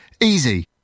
Easy